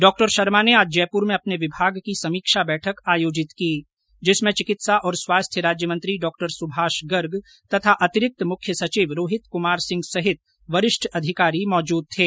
डॉ शर्मा ने आज जयपुर में अपने विभाग की समीक्षा बैठक आयोजित की जिसमें चिकित्सा और स्वास्थ्य राज्य मंत्री डॉ सुभाष गर्ग तथा अतिरिक्त मुख्य सचिव रोहित कुमार सिंह सहित वरिष्ठ अधिकारी मौजूद थे